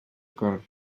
acord